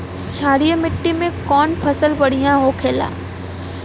क्षारीय मिट्टी में कौन फसल बढ़ियां हो खेला?